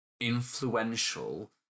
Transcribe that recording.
influential